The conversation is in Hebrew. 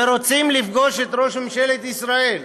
ורוצים לפגוש את ראש ממשלת ישראל.